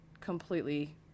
completely